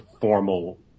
formal